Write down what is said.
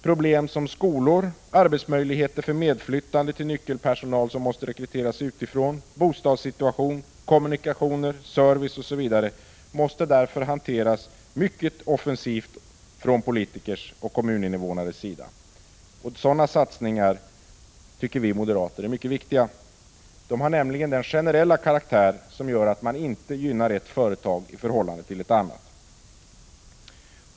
Problem som skolor, arbetsmöjligheter för medflyttande till nyckelpersonal som måste rekryteras utifrån, bostadssituation, kommunikationer, service osv. måste därför hanteras mycket offensivt från politikers och kommuninvånares sida. Sådana satsningar tycker vi moderater är mycket viktiga. De har nämligen den generella karaktären att man inte gynnar ett företag i förhållande till ett annat.